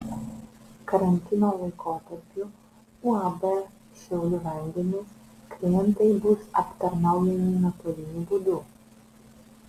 karantino laikotarpiu uab šiaulių vandenys klientai bus aptarnaujami nuotoliniu būdu